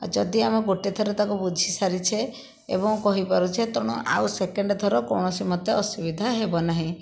ଯଦି ଆମେ ଗୋଟିଏ ଥର ତାକୁ ବୁଝିସାରିଛେ ଏବଂ କହିପାରୁଛେ ତେଣୁ ଆଉ ସେକେଣ୍ଡ ଥର କୌଣସି ମତେ ଅସୁବିଧା ହେବ ନାହିଁ